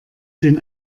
den